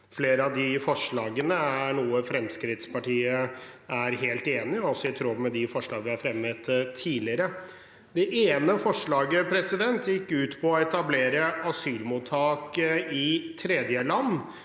Flere av de forslagene er noe Fremskrittspartiet er helt enig i, og de er også i tråd med forslag vi har fremmet tidligere. Det ene forslaget gikk ut på å etablere asylmottak i tredjeland.